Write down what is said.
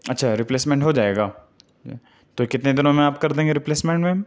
اچھا ریپلیسمینٹ ہو جائے گا تو کتنے دِنوں میں آپ کر دیں گے ریپلیسمینٹ میم